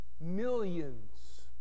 millions